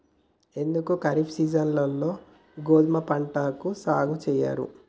ఎందుకు ఖరీఫ్ సీజన్లో గోధుమ పంటను సాగు చెయ్యరు?